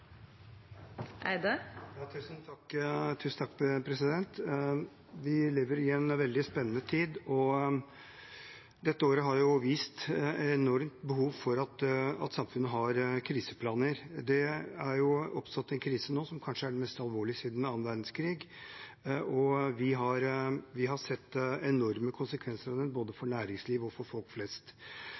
Vi lever i en veldig spennende tid, og dette året har vist et enormt behov for at samfunnet har kriseplaner. Det har oppstått en krise nå som kanskje er den mest alvorlige siden annen verdenskrig. Vi har sett enorme konsekvenser av den både for næringsliv og for folk flest.